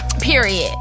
period